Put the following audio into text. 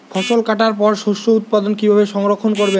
ফসল কাটার পর শস্য উৎপাদন কিভাবে সংরক্ষণ করবেন?